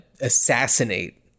assassinate